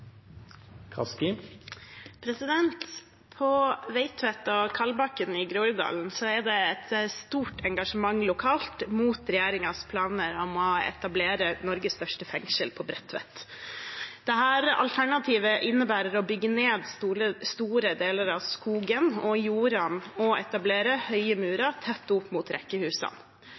Veitvet og Kalbakken i Groruddalen er det et stort lokalt engasjement mot regjeringens planer om å etablere Norges største fengsel på Bredtvet. Dette alternativet innebærer å bygge ned store deler av skogen og jordene og etablere høye murer tett opp mot rekkehusene.